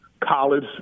college